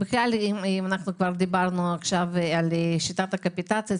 אם כבר דיברנו עכשיו על שיטת הקאפיטציה,